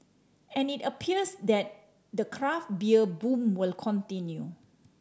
and it appears that the craft beer boom will continue